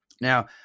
Now